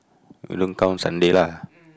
you don't count Sunday lah